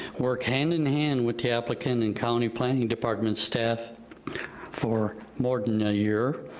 work hand in hand with the applicant and county planning department staff for more than a year,